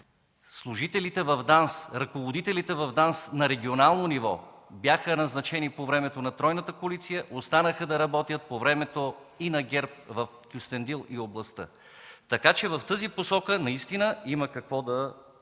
служителите в ДАНС, ръководителите в ДАНС на регионално ниво бяха назначени по времето на тройната коалиция, останаха да работят по времето и на ГЕРБ в Кюстендил и областта, така че в тази посока наистина има какво да